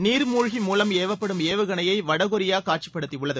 நீர்மூழ்கி மூலம் ஏவப்படும் ஏவுகணையை வடகொரியா காட்சிப்படுத்தியுள்ளது